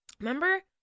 Remember